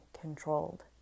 controlled